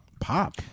Pop